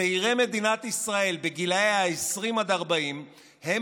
צעירי מדינת ישראל בגילי 20 עד 40 הם